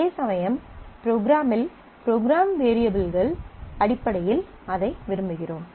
அதேசமயம் ப்ரோக்ராமில் ப்ரோக்ராம் வேரியபிள்கள் அடிப்படையில் அதை விரும்புகிறோம்